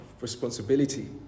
responsibility